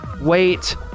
wait